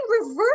reverse